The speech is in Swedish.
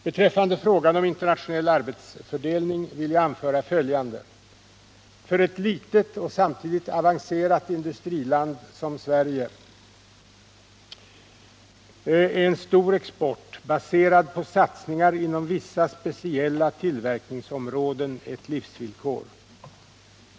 Beträffande frågan om internationell arbetsfördelning vill jag anföra följande. För ett litet och samtidigt avancerat industriland som Sverige är en stor export, baserad på satsningar inom vissa speciella tillverkningsområden, ett livsvillkor.